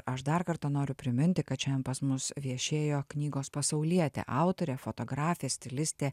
aš dar kartą noriu priminti kad šiandien pas mus viešėjo knygos pasaulietė autorė fotografė stilistė